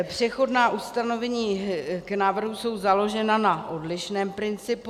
Přechodná ustanovení k návrhu jsou založena na odlišném principu.